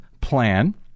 plan